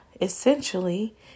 essentially